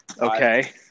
okay